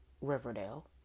Riverdale